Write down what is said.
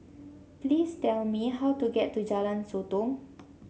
please tell me how to get to Jalan Sotong